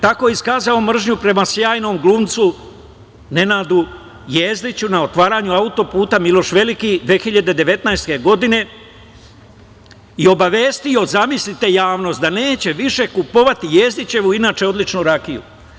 Tako je iskazao mržnju prema sjajnom glumcu Nenadu Jezdiću na otvaranju autoputa „Miloš Veliki“ 2019. godine i obavestio javnost da neće više kupovati Jezdićevu, inače, odličnu rakiju.